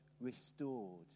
restored